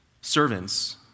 servants